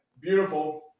Beautiful